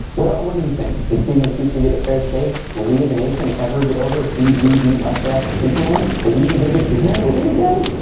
well, what do you think? did siegel and shuster get a fair shake? will we as a nation ever get over cgd mustached superman? will we even get a good superman movie again?